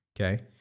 okay